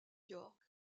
york